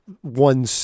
One